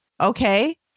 Okay